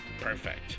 Perfect